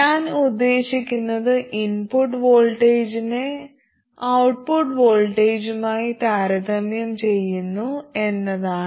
ഞാൻ ഉദ്ദേശിക്കുന്നത് ഇൻപുട്ട് വോൾട്ടേജിനെ ഔട്ട്പുട്ട് വോൾട്ടേജുമായി താരതമ്യം ചെയ്യുന്നു എന്നതാണ്